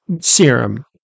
serum